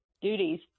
duties